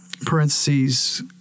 Parentheses